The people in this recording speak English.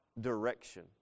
direction